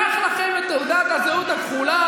-- ייקח לכם את תעודת הזהות הכחולה